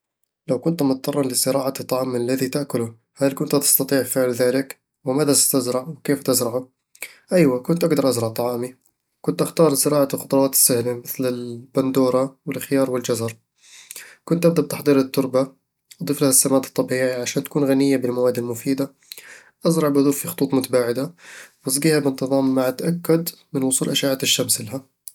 لو كنتَ مضطرًا لزراعة الطعام الذي تأكله، هل كنت تستطيع فعل ذلك؟ وماذا ستزرع، وكيف تزرعه؟ ايوه، كنت أقدر أزرع طعامي! كنت أختار زراعة الخضروات السهلة مثل البندورة والخيار والجزر كنت أبدأ بتحضير التربة، أضيف لها السماد الطبيعي عشان تكون غنية بالمواد المفيدة أزرع البذور في خطوط متباعدة، وأسقيها بانتظام مع التأكد من وصول أشعة الشمس لها